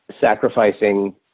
sacrificing